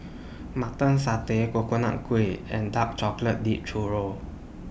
Mutton Satay Coconut Kuih and Dark Chocolate Dipped Churro